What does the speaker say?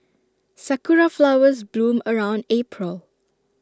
Sakura Flowers bloom around April